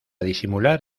disimular